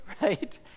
right